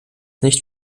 nicht